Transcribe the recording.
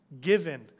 given